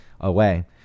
away